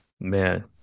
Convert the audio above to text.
Man